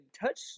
touch